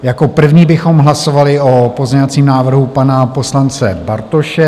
Jako první bychom hlasovali o pozměňovacím návrhu pana poslance Bartoše.